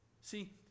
See